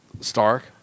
Stark